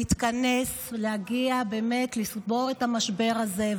להתכנס ולסגור את המשבר הזה.